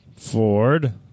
Ford